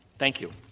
thank you.